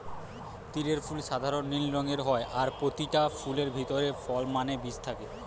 তিলের ফুল সাধারণ নীল রঙের হয় আর পোতিটা ফুলের ভিতরে ফল মানে বীজ থাকে